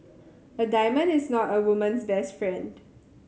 a diamond is not a woman's best friend